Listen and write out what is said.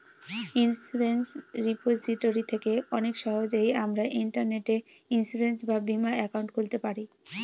insurance repository থেকে অনেক সহজেই আমরা ইন্টারনেটে ইন্সুরেন্স বা বীমা একাউন্ট খুলতে পারি